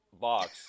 box